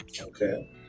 okay